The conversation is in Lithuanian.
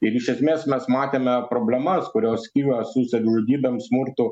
ir iš esmės mes matėme problemas kurios kyla su savižudybėm smurtu